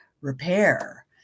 repair